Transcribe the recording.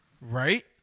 Right